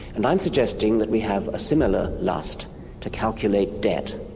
and i'm suggesting that we have a similar lust to calculate debt,